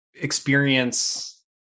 experience